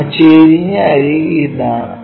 ആ ചരിഞ്ഞ അരിക് ഇതാണ്